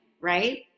right